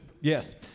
Yes